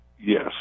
yes